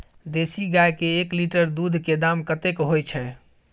देसी गाय के एक लीटर दूध के दाम कतेक होय छै?